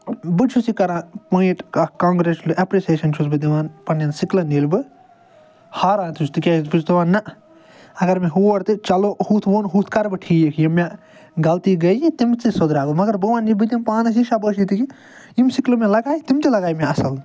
بہٕ چھُس یہِ کَران پایِنٛٹ کانٛہہ اٮ۪پرِسیشَن چھُس بہٕ دِوان پنٛنٮ۪ن سِکلَن ییٚلہِ بہٕ ہاران تہِ چھُس تِکیٛازِ بہٕ چھُس دَپان نَہ اگر مےٚ ہور تہِ چَلو ہُتھ ووٚن ہُتھ کرٕ بہٕ ٹھیٖک یِم مےٚ غلطی گٔیہِ تِم تہِ سُدھراو بہٕ مگر بہٕ وَنہٕ یہِ بہٕ دِمہٕ پانَس یہِ شَبٲشی یِم سِکلہٕ مےٚ لگاے تِم تہِ لگاے مےٚ اصٕل